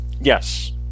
yes